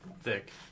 thick